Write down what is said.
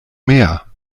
mehr